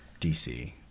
DC